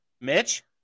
Mitch